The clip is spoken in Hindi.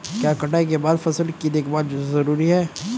क्या कटाई के बाद फसल की देखभाल जरूरी है?